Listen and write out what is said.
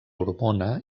hormona